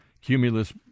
Cumulus